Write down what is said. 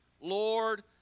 Lord